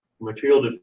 material